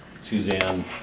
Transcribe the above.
Suzanne